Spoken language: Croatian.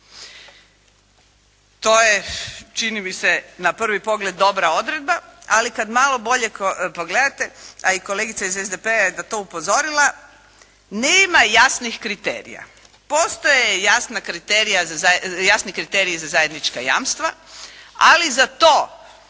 To je čini mi se na prvi pogled dobra odredba, ali kad malo bolje pogledate, a i kolegica iz SDP-a je na to upozorila, nema jasnih kriterija. Postoje jasni kriteriji za zajednička jamstva, ali za to